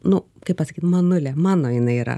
nu kaip pasakyt manulė mano jinai yra